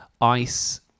ice